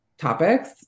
topics